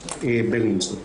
החולים בילינסון.